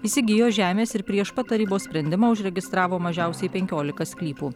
įsigijo žemės ir prieš pat tarybos sprendimą užregistravo mažiausiai penkiolika sklypų